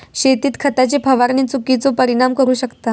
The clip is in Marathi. शेतीत खताची फवारणी चुकिचो परिणाम करू शकता